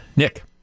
Nick